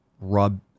rub